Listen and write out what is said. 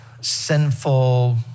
sinful